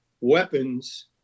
weapons